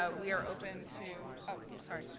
ah we are open to oh, sorry,